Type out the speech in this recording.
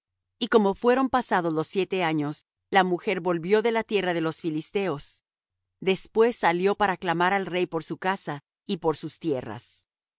y como fueron pasados los siete años la mujer volvió de la tierra de los filisteos después salió para clamar al rey por su casa y por sus tierras y